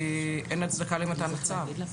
אין הצדקה למתן הצו.